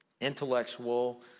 intellectual